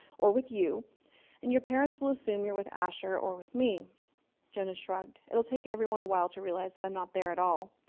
or with you and your parents will assume you're with asher, or with me jonas shrugged. it will take everyone a while to realize that i'm not there at all.